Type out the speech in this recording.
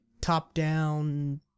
top-down